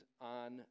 on